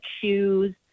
shoes